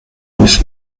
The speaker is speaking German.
ist